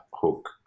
hook